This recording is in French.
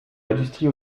l’industrie